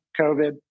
COVID